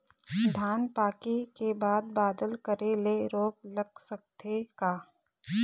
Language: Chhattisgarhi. धान पाके के बाद बादल करे ले रोग लग सकथे का?